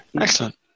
excellent